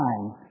time